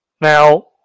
Now